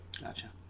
Gotcha